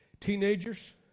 Teenagers